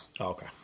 Okay